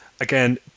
again